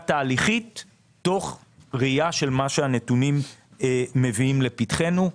תהליכית של מה שהנתונים מביאים לפתחנו.